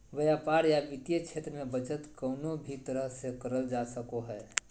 व्यापार या वित्तीय क्षेत्र मे बचत कउनो भी तरह से करल जा सको हय